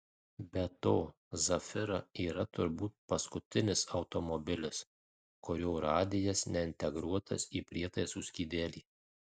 be to zafira yra turbūt paskutinis automobilis kurio radijas neintegruotas į prietaisų skydelį